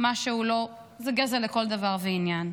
מה שהוא לא, זה גזל לכל דבר ועניין.